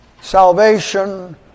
salvation